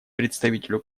представителю